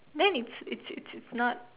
then it's it's it's not